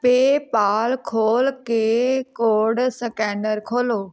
PayPal ਖੋਲ੍ਹ ਕੇ code scanner ਖੋਲ੍ਹੋ